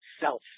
self